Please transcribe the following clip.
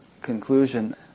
conclusion